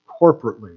corporately